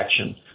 action